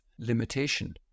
limitation